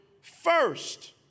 first